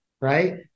Right